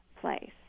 Place